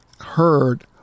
heard